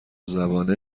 زبانه